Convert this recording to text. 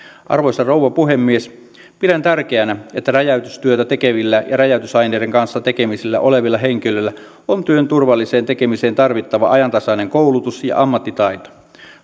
arvoisa rouva puhemies pidän tärkeänä että räjäytystyötä tekevillä ja räjäytysaineiden kanssa tekemisissä olevilla henkilöillä on työn turvalliseen tekemiseen tarvittava ajantasainen koulutus ja ammattitaito